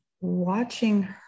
watching